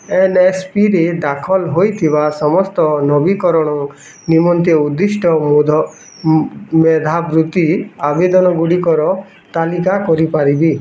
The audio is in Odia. ଏନ୍ ଏସ୍ ପି ରେ ଦାଖଲ ହୋଇଥିବା ସମସ୍ତ ନବୀକରଣ ନିମନ୍ତେ ଉଦ୍ଧିଷ୍ଟ ମୋୖଧ ଆବେଦନଗୁଡ଼ିକର ତାଲିକା କରିପାରିବେ